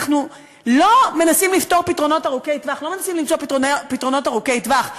אנחנו לא מנסים למצוא פתרונות ארוכי טווח,